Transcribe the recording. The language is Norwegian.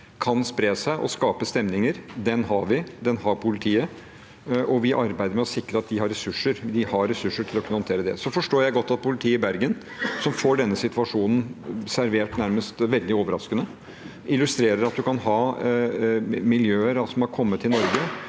kan spre seg og skape stemninger har vi, og den har politiet. Vi arbeider med å sikre at de har ressurser, at de har ressurser til å kunne håndtere det. Jeg forstår godt politiet i Bergen, som får denne situasjonen servert nærmest veldig overraskende. Det illustrerer at vi kan ha miljøer som har kommet til Norge